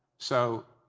so,